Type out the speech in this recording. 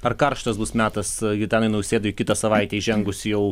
ar karštas bus metas gitanui nausėdai kitą savaitę įžengus jau